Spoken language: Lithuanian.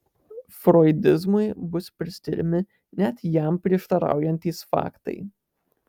froidizmui bus priskiriami net jam prieštaraujantys faktai